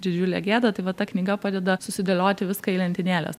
didžiulė gėda tai va ta knyga padeda susidėlioti viską į lentynėles